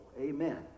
Amen